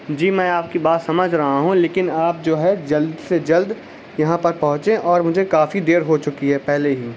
جیں میں آپ کی بات سمجھ رہا لیکن آپ جو ہے جلد سے جلد یہاں پہ پہنچیں اور مجھے کافی دیر ہو چکی ہے پہلے ہی